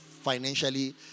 financially